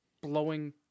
blowing